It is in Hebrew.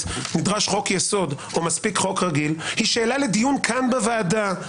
נדרש חוק יסוד או מספיק חוק רגיל היא שאלה לדיון כאן בוועדה.